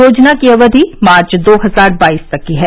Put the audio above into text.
योजना की अवधि मार्च दो हजार बाईस तक की है